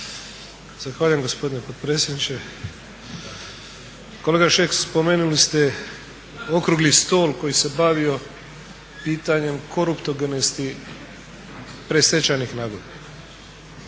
Zahvaljujem gospodine potpredsjedniče. Kolega Šeks, spomenuli ste okrugli stol koji se bavio pitanjem koruptogenosti predstečajnih nagodbi.